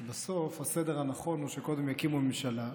כי בסוף הסדר הנכון הוא שקודם יקימו ממשלה,